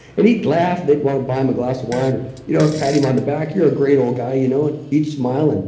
and he'd laugh. they'd want to buy him a glass of wine, or you know pat him on the back you're a great old guy. you know and each smiled. and